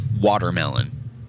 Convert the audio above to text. Watermelon